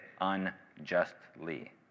unjustly